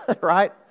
right